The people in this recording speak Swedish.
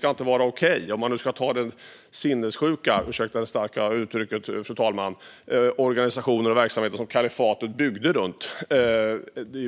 Kalifatet byggde sinnessjuka - ursäkta det starka uttrycket, fru talman - organisationer och verksamheter runt